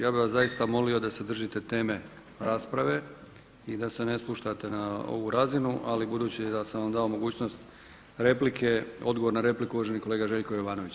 Ja bih vas zaista molio da se držite teme rasprave i da se ne spuštate na ovu razinu, ali budući da sam vam dao mogućnost replike, odgovor na repliku uvaženi kolega Željko Jovanović.